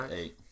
eight